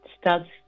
starts